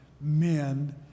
men